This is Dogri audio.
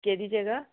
केह्ड़ी जगह